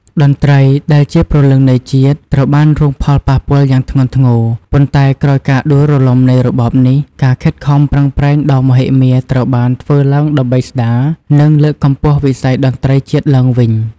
តន្ត្រីដែលជាព្រលឹងនៃជាតិ ត្រូវបានរងផលប៉ះពាល់យ៉ាងធ្ងន់ធ្ងរ ប៉ុន្តែក្រោយការដួលរលំនៃរបបនេះ ការខិតខំប្រឹងប្រែងដ៏មហិមាត្រូវបានធ្វើឡើងដើម្បីស្តារ និងលើកកម្ពស់វិស័យតន្ត្រីជាតិឡើងវិញ។